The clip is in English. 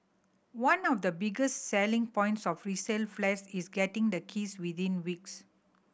one of the biggest selling points of resale flats is getting the keys within weeks